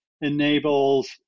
enables